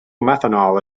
methanol